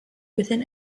within